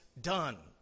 done